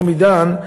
מומי דהן,